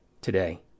today